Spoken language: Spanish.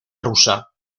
rusa